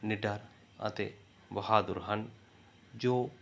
ਨਿਡਰ ਅਤੇ ਬਹਾਦੁਰ ਹਨ ਜੋ